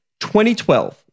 2012